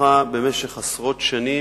שהתפתחה במשך עשרות שנים,